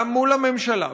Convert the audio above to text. גם מול הממשלה,